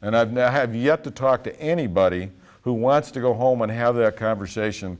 and i've now have yet to talk to anybody who wants to go home and have that conversation